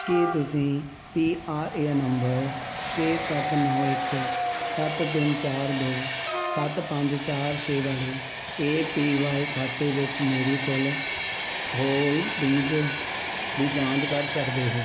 ਕੀ ਤੁਸੀਂ P R A N number ਛੇ ਸੱਤ ਨੌਂ ਇੱਕ ਸੱਤ ਤਿੰਨ ਚਾਰ ਦੋ ਸੱਤ ਪੰਜ ਚਾਰ ਛੇ ਵਾਲੇ ਏ ਪੀ ਵਾਈ ਖਾਤੇ ਵਿੱਚ ਮੇਰੀ ਕੁੱਲ ਹੋਲ ਡਿੰਗਜ਼ ਦੀ ਜਾਂਚ ਕਰ ਸਕਦੇ ਹੋ